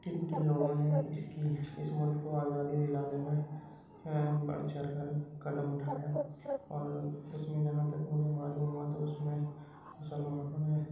کن کن لوگوں نے اس کی اس ملک کو آزادی دلانے میں بڑھ چڑھ کر قدم اٹھایا اور اس میں جہاں تک مجھے معلوم ہوا تو اس میں مسلمانوں نے